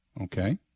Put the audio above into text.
Okay